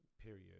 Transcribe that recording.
Period